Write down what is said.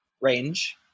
range